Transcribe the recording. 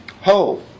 Ho